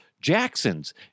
Jackson's